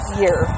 year